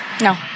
No